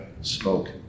spoke